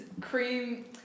cream